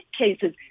cases